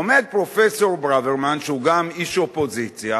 עומד פרופסור ברוורמן, שהוא גם איש אופוזיציה,